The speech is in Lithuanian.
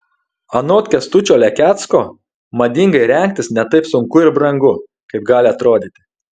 anot kęstučio lekecko madingai rengtis ne taip sunku ir brangu kaip gali atrodyti